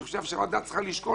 אני חושב שהוועדה צריכה לשקול,